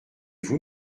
vous